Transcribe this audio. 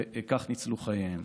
וכך ניצלו חייהם.